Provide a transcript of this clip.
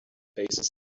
paces